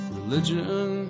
Religion